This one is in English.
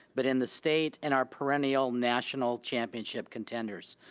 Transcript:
but in the state and our perennial national championship contenders,